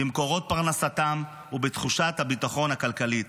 במקורות פרנסתם ובתחושת הביטחון הכלכלית.